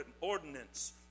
ordinance